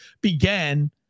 began